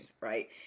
right